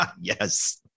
Yes